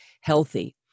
healthy